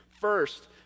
First